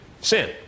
sin